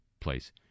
place